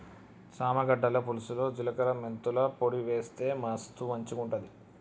చామ గడ్డల పులుసులో జిలకర మెంతుల పొడి వేస్తె మస్తు మంచిగుంటది